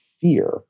fear